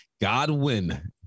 Godwin